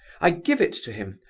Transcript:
i give it to him,